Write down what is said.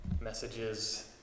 messages